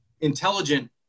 intelligent